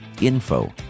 info